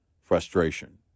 frustration